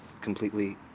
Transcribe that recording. completely